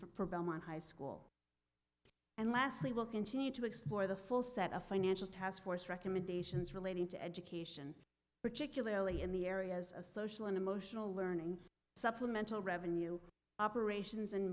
for belmont high school and lastly will continue to explore the full set of financial taskforce recommendations relating to education particularly in the areas of social and emotional learning supplemental revenue operations